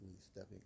stepping